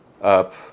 up